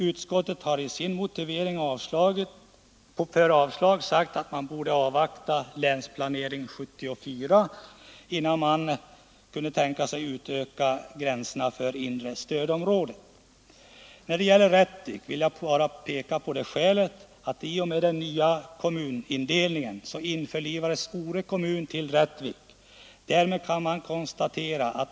Utskottet har i sin motivering för avslag sagt att man borde avvakta Länsplanering 74 innan man kunde tänka sig förändra gränserna för inre stödområdet. När det gäller Rättvik vill jag bara peka på att Ore kommun i och med den nya kommunindelningen införlivades med Rättvik.